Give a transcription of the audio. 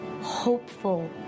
hopeful